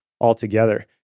altogether